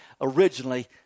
originally